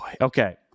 Okay